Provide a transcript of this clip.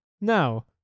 Now